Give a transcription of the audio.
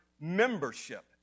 membership